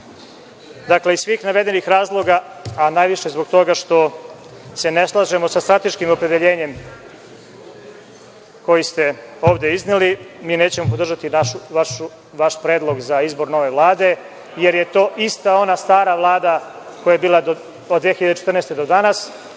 istina. Dakle, iz svih navedenih razloga, a najviše zbog toga što se ne slažemo sa strateškim opredeljenjem koji ste ovde izneli, mi nećemo podržati vaš predlog za izbor nove Vlade, jer je to ista ona stara Vlada koja je bila od 2014. godine